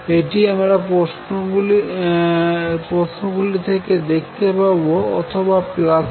এটি আমরা প্রশ্নগুলি থেকে দেখতে পাবো অথবা 1v∂f∂t